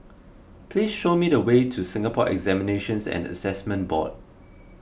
please show me the way to Singapore Examinations and Assessment Board